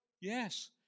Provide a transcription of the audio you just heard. yes